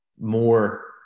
more